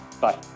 Bye